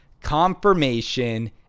confirmation